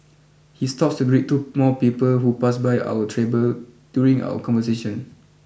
he stops to greet two more people who pass by our table during our conversation